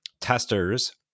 testers